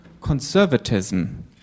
conservatism